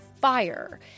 fire